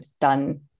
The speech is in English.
done